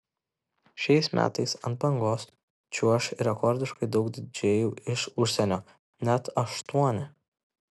šiais metais ant bangos čiuoš rekordiškai daug didžėjų iš užsienio net aštuoni